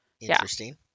Interesting